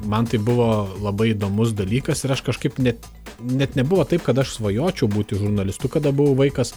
man tai buvo labai įdomus dalykas ir aš kažkaip net net nebuvo taip kad aš svajočiau būti žurnalistu kada buvau vaikas